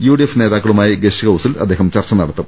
U D F നേതാക്കളുമായി guest ഹൌസിൽ അദ്ദേഹം ചർച്ച നടത്തും